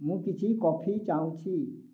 ମୁଁ କିଛି କଫି ଚାହୁଁଛି